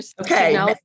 Okay